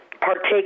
partake